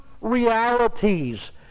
realities